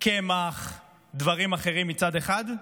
קמח ודברים אחרים מצד אחד,